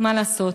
מה לעשות,